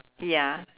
ya